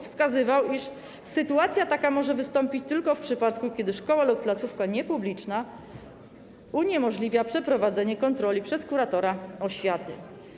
Wskazywał, iż sytuacja taka może wystąpić tylko w przypadku, kiedy szkoła lub placówka niepubliczna uniemożliwia przeprowadzenie kontroli przez kuratora oświaty.